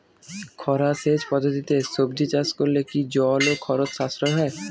খরা সেচ পদ্ধতিতে সবজি চাষ করলে কি জল ও খরচ সাশ্রয় হয়?